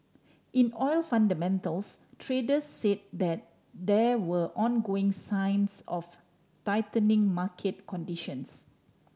in oil fundamentals traders said that there were ongoing signs of tightening market conditions